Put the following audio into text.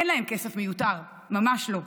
אין להם כסף מיותר, ממש לא,